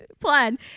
plan